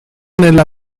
nella